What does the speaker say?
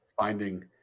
finding